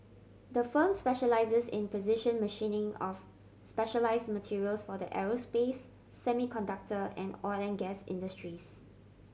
the firm specialises in precision machining of specialise materials for the aerospace semiconductor and oil and gas industries